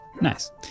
Nice